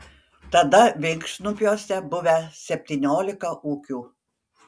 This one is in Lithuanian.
tada vinkšnupiuose buvę septyniolika ūkių